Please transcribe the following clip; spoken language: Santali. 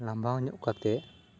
ᱞᱟᱵᱟᱣ ᱧᱚᱜ ᱠᱟᱛᱮᱫ